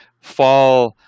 fall